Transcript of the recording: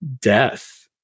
death